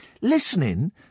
listening